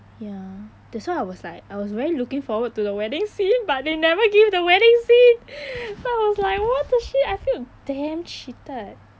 ya that's why I was like I was really looking forward to the wedding scene but they never give the wedding scene then I was like what the shit I feel damn cheated